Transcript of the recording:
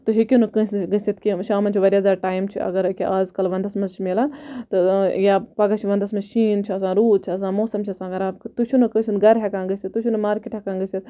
تُہۍ ہیٚکِو نہٕ کٲنٛسہِ نِش گٔژھِتھ کہِ شامَن چھُ واریاہ زیاد ٹایم چھُ اگر ییٚکیاہ آزکَل وَندَس مَنٛز چھ مِلان تہٕ یا پَگاہ چھُ وَندَس مَنٛز شیٖن چھُ آسان روٗد چھُ آسان موسَم چھُ آسان خَراب تُہۍ چھو نہٕ کٲنٛسہِ ہُنٛد گَرٕ ہیٚکان گٔژھِتھ تُہۍ چھو نہٕ مارکیٹ ہیٚکان گٔژھِتھ